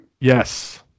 Yes